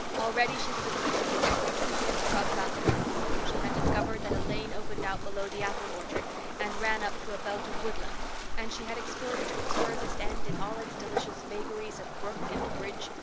already she was acquainted with every tree and shrub about the place. she had discovered that a lane opened out below the apple orchard and ran up through a belt of woodland and she had explored it to its furthest end in all its delicious vagaries of brook and bridge,